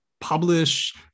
publish